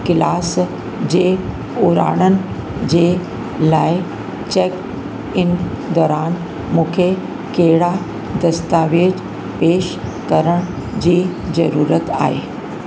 class जे उड़ाननि जे लाइ चैक इन दौरान मूंखे कहिड़ा दस्तावेज़ पेश करण जी ज़रूरत आहे